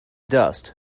dust